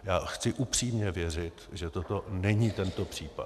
Já chci upřímně věřit, že toto není tento případ.